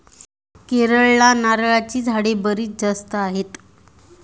केरळला नारळाची झाडे बरीच जास्त आहेत